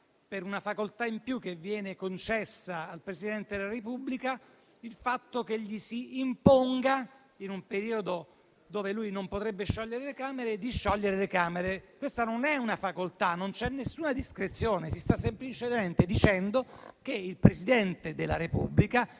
per una facoltà in più che viene concessa al Presidente della Repubblica il fatto che gli si imponga, in un periodo in cui non potrebbe farlo, di sciogliere le Camere. Questa non è una facoltà, non c'è nessuna discrezione. Si sta semplicemente dicendo che il Presidente della Repubblica,